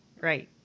right